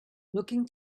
looking